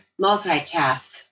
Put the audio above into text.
multitask